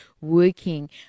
working